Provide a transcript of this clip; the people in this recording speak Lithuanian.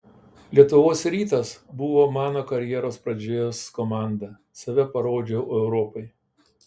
lietuvos rytas buvo mano karjeros pradžios komanda save parodžiau europai